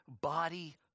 body